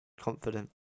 confident